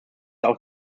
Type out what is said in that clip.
auch